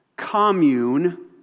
Commune